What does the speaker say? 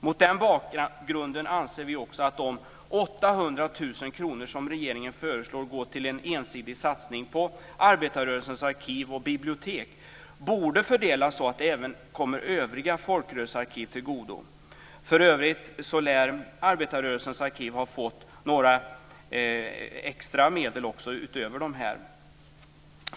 Mot den bakgrunden anser vi också att de 800 000 kr som regeringen föreslår ska gå till en ensidig satsning på Arbetarrörelsens Arkiv och Bibliotek borde fördelas så att de även kommer övriga folkrörelsearkiv till godo. För övrigt lär arbetarrörelsens arkiv ha fått extra medel utöver de här medlen.